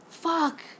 Fuck